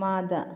ꯃꯥꯗ